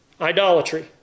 Idolatry